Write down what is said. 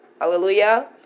Hallelujah